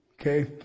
Okay